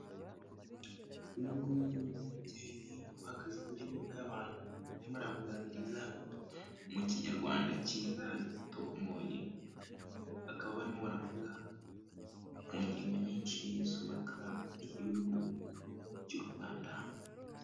Uyu nguyu ni umubyeyi uhagaze imbere y'imbaga y'abantu urimo arabaganiriza, mu kinyarwanda cyiza gitomoye bakaba barimo baravuga ku ngingo nyinshi zubaka igihugu cy'u Rwanda.